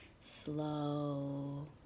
slow